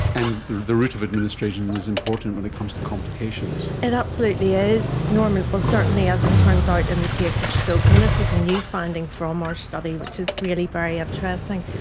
and the the route of administration and is important when it comes to complications. it absolutely is, norman, well certainly as it turns ah out in the case of stroke, and this was a new finding from our study which is really very interesting.